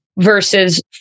versus